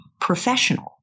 professional